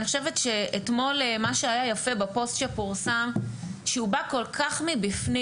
אני חושבת שאתמול מה שהיה יפה בפוסט שפורסם שהוא בא כל כך מבפנים.